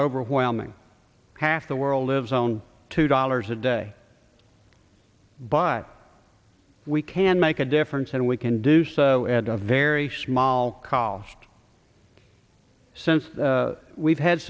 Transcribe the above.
overwhelming half the world lives own two dollars a day but we can make a difference and we can do so at a very small college since we've had